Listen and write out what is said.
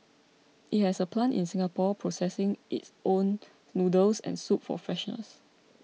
it has a plant in Singapore processing its own noodles and soup for freshness